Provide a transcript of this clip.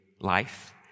life